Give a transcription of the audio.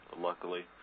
luckily